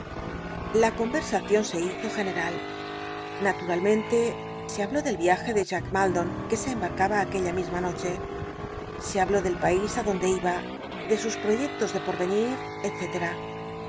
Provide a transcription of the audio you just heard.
la conersacion se hizo general natut tlmcntc se habló y del yiaje de jack aldon que se embarcaba aquella misma noche se habló del país i donde iba de iucse sus proyectos de pot'enir